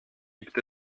gibt